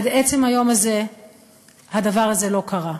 עד עצם היום הזה הדבר הזה לא קרה.